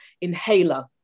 inhaler